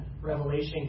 Revelation